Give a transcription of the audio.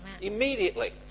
Immediately